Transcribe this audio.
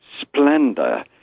splendor